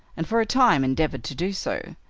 and for a time endeavored to do so,